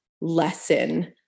lesson